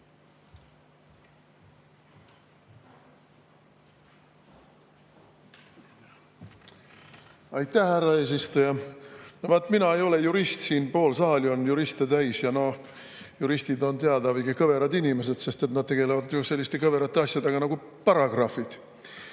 Aitäh, härra eesistuja! Mina ei ole jurist. Siin pool saali on juriste täis ja on teada, et juristid on veidi kõverad inimesed, sest nad tegelevad selliste kõverate asjadega nagu paragrahvid.